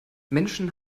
menschen